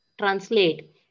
translate